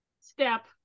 step